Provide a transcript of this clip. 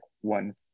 one